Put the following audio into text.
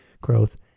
growth